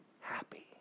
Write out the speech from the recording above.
happy